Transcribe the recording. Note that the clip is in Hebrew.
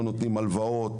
הם לא נותנים הלוואות,